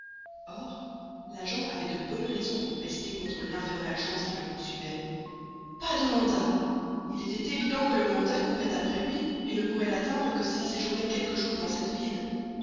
or l'agent avait de bonnes raisons pour pester contre l'infernale chance qui le poursuivait pas de mandat il était évident que le mandat courait après lui et ne pourrait l'atteindre que s'il séjournait quelques jours en cette ville